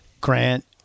Grant